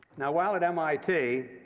now, while at mit,